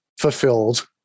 fulfilled